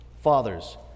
Fathers